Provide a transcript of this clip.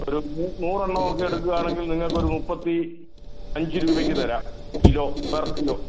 ഒരു നൂറ് എണ്ണം ഒക്കെ എടുക്കുവാണെങ്കിൽ നിങ്ങൾക്ക് ഒരു മുപ്പത്തി അഞ്ച് രൂപയ്ക്ക് തരാം കിലോ പെർ കിലോ